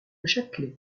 châtelet